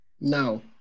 No